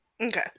okay